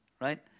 right